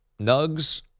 Nugs